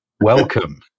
welcome